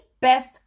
best